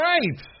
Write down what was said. Right